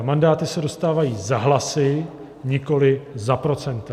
Mandáty se dostávají za hlasy, nikoli za procenta.